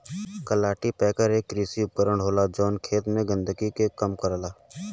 cultipacker एक कृषि उपकरण होला जौन खेत के गंदगी के कम करला